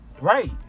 Right